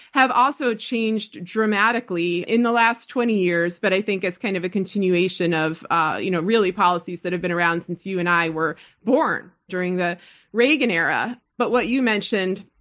have also changed dramatically in the last twenty years, but i think as kind of a continuation of, ah you know really, policies that have been around since you and i were born during the reagan era. but what you mentioned-academia,